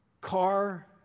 car